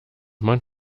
man